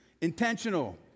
Intentional